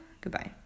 goodbye